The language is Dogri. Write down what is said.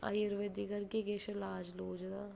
आयुर्वेदिक करगे किश लाज लूज